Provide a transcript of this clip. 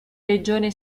regione